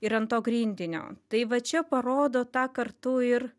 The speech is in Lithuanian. ir ant to grindinio tai va čia parodo tą kartu ir